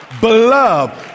Beloved